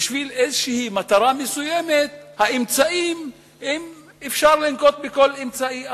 בשביל איזו מטרה מסוימת, אפשר לנקוט כל אמצעי אחר.